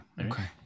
okay